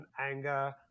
anger